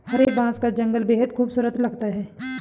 हरे बांस का जंगल बेहद खूबसूरत लगता है